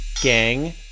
gang